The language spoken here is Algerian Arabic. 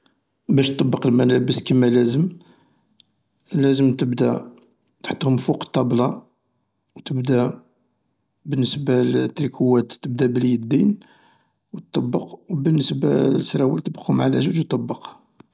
باش تطبق الملابس كما لازم، لازم تبدا تحطحم فوق الطابلة، وتبدا، بالنسبة للتريكوات تبدا باليدين و تطبق و بالنسبة للسراول تطبقهم على زوج و تطبق.